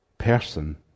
person